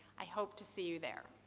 i hope to see you there.